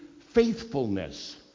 faithfulness